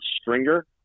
stringer